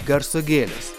garso gėlės